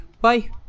bye